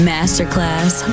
Masterclass